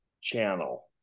channel